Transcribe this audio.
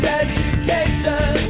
education